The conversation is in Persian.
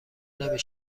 نمی